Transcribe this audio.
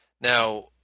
Now